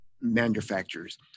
manufacturers